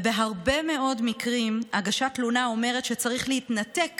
בהרבה מאוד מקרים הגשת תלונה אומרת שצריך להתנתק